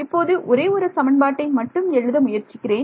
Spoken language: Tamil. இப்போது ஒரே ஒரு சமன்பாட்டை மட்டும் எழுத முயற்சிக்கிறேன்